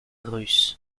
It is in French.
russe